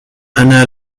أنا